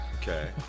Okay